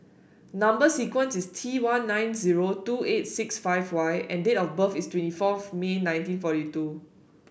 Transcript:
number sequence is T one nine zero two eight six five Y and date of birth is twenty fourth May nineteen forty two